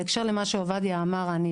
בהקשר לדבריו של עובדיה - ברשותך,